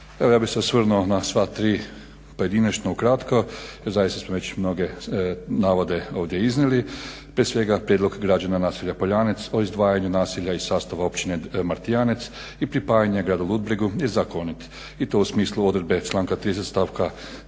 ja bih se osvrnuo na sva tri pojedinačno ukratko, jer zaista smo već mnoge navode ovdje iznijeli. Prije svega prijedlog građana naselja Poljanec o izdvajanju naselja iz sastava općine Martijanec i pripajanju gradu Ludbregu je zakonit i to u smislu odredbe članka 30. stavka